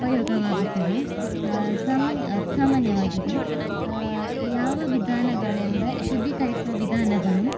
ಉಪಯೋಗವಾಗುತ್ತದೆ ಸಾಮಾನ್ಯವಾಗಿದೆ ಯಾವ ವಿಧಾನಗಳಿಂದ ಶುದ್ದಿಕರಿಸುವ ವಿಧಾನಗಳು